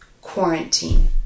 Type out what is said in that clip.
quarantine